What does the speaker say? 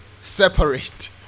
separate